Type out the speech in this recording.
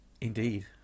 Indeed